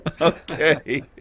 Okay